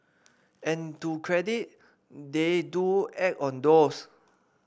and to credit they do act on those